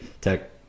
Tech